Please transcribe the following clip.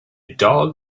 dog